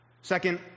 Second